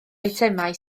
eitemau